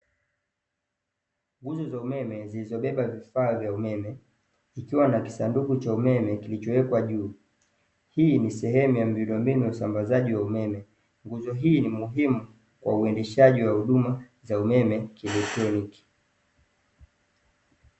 Nguzo za umeme zilizobeba vifaa vya umeme ikiwa na kisanduku cha umeme kilichowekwa juu, hii ni sehemu ya miundombinu ya usambazaji wa umeme. Nguzo hii ni muhimu kwa uendeshaji wa huduma za umeme kielektroniki.